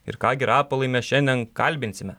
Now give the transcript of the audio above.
ir ką gi rapolai mes šiandien kalbinsime